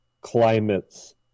climates